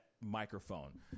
microphone